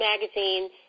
magazine